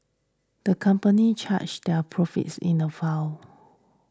the company charted their profits in a fell